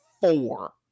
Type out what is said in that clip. four